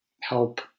help